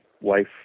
wife